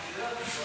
האחרונים.